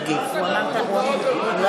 יואל, אחמד טיבי טעה ולא